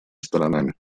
сторонами